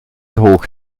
hoch